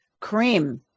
cream